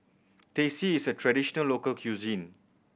Teh C is a traditional local cuisine